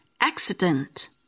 accident